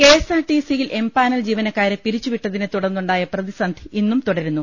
കെഎസ്ആർടിസിയിൽ empanel ജീവനക്കാരെ പിരിച്ചു വിട്ടതിനെ തുടർന്നുണ്ടായ പ്രതിസന്ധി ഇന്നും തുടരുന്നു